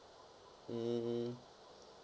mm